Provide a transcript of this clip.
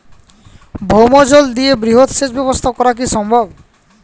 ভৌমজল দিয়ে বৃহৎ সেচ ব্যবস্থা করা কি সম্ভব?